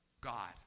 God